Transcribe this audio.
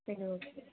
சரி ஓகே